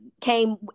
came